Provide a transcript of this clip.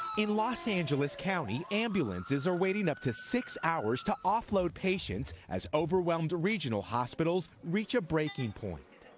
in los angeles county, ambulances are waiting up to six hours to offload patients as overwhelmed regional hospitals reach a breaking point.